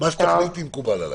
מה שתחליטי מקובל עלי.